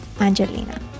Angelina